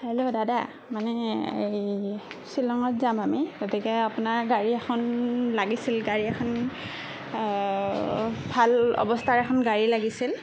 hello দাদা মানে এই শ্বিলঙত যাম আমি গতিকে আপোনাৰ গাড়ী এখন লাগিছিল গাড়ী এখন ভাল অৱস্থাৰ এখন গাড়ী লাগিছিল